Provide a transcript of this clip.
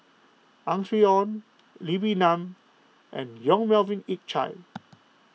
Ang Swee Aun Lee Wee Nam and Yong Melvin Yik Chye